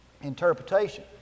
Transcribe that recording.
Interpretation